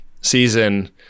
season